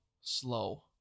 slow